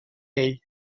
ell